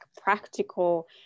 practical